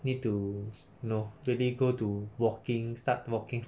really need to you know really go to walking start walking